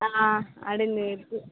ஆ அப்படின்னு சொல்லிட்டு